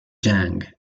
young